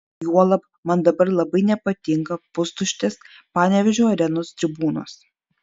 juolab man dabar labai nepatinka pustuštės panevėžio arenos tribūnos